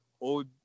old